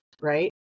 right